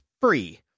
free